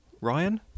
Ryan